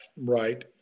right